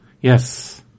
Yes